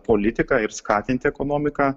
politiką ir skatinti ekonomiką